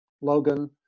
Logan